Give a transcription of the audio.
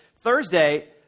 Thursday